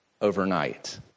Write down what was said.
overnight